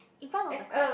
in front of the crab